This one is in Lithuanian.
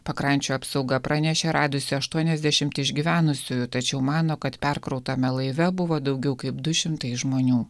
pakrančių apsauga pranešė radusi aštuoniasdešimt išgyvenusiųjų tačiau mano kad perkrautame laive buvo daugiau kaip du šimtai žmonių